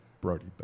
Brody